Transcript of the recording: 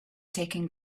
taking